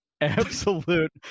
Absolute